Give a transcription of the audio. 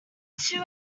two